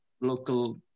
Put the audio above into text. local